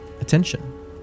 attention